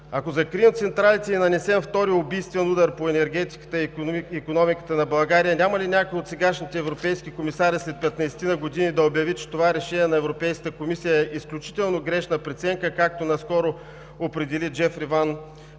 Ако закрием централите и нанесем втори убийствен удар по енергетиката и икономиката на България, няма ли някой от сегашните европейски комисари след петнадесетина години да обяви, че това решение на Европейската комисия е изключително грешна преценка, както наскоро определи Джефри ван Орден